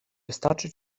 wystarczy